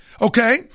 okay